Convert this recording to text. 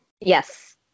Yes